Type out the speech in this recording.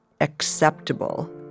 acceptable